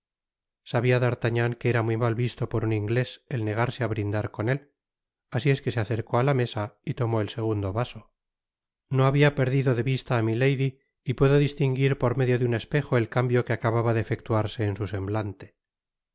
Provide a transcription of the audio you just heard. sabia d'artagnan que era muy mal visto por un inglés el negarse á briudar con él asi es que se acercó á la mesa y tomó el segundo vaso no habia perdido de vista á milady y pudo dislinguir por medio de un espejo el cambio que acababa de efecluarse en su semblante